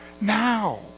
now